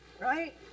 right